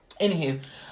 Anywho